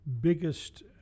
Biggest